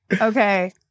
Okay